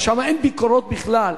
שם אין ביקורות בכלל.